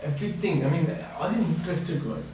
everything I mean I wasn't interested [what]